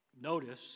Notice